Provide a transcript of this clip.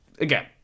again